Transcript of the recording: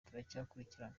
turacyakurikirana